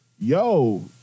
yo